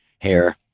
hair